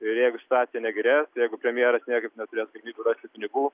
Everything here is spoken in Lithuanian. ir jeigu situacija negerės jeigu premjeras niekaip neturės galimybių rasti pinigų